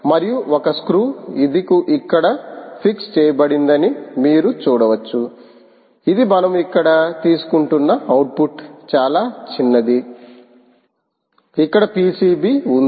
మరియు ఒక స్క్రూతో ఇది ఇక్కడ ఫిక్స్ చేయబడిందని మీరు చూడవచ్చు ఇది మనము ఇక్కడ తీసుకుంటున్న అవుట్పుట్ చాలా చిన్నది ఇక్కడ పిసిబి ఉంది